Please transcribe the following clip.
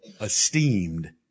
esteemed